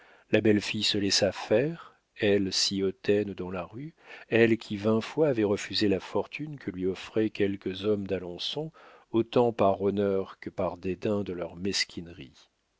la belle fille se laissa faire elle si hautaine dans la rue elle qui vingt fois avait refusé la fortune que lui offraient quelques hommes d'alençon autant par honneur que par dédain de leur mesquinerie